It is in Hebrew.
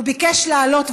הוא ביקש לעלות,